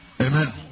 Amen